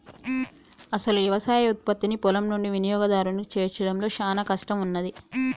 అసలు యవసాయ ఉత్పత్తిని పొలం నుండి వినియోగదారునికి చేర్చడంలో చానా కష్టం ఉన్నాది